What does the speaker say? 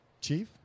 Chief